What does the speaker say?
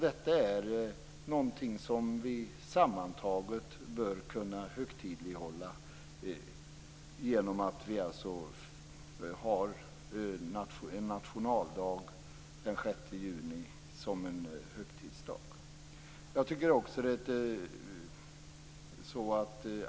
Detta är någonting som vi bör kunna högtidlighålla genom att göra nationaldagen den 6 juni till högtidsdag.